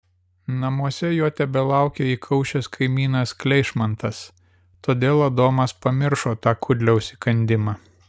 namuose jo tebelaukė įkaušęs kaimynas kleišmantas todėl adomas pamiršo tą kudliaus įkandimą